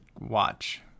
watch